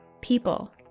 People